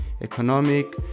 economic